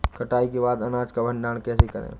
कटाई के बाद अनाज का भंडारण कैसे करें?